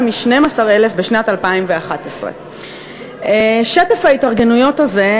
מ-12,000 בשנת 2011. שטף ההתארגנויות הזה,